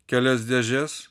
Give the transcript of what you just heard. kelias dėžes